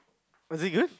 was it good